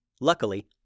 Luckily